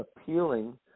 appealing